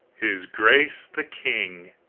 his grace the king!